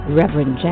Reverend